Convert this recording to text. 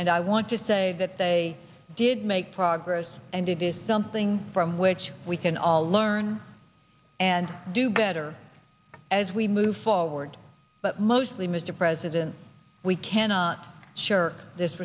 and i want to say that they did make progress and to this is something from which we can all learn and do better as we move forward but mostly mr president we cannot shirk this